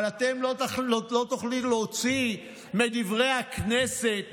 אבל אתם תוכלו להוציא מדברי הכנסת,